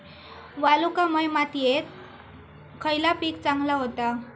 वालुकामय मातयेत खयला पीक चांगला होता?